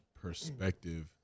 perspective